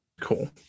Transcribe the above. Cool